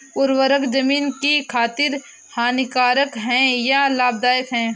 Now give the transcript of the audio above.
उर्वरक ज़मीन की खातिर हानिकारक है या लाभदायक है?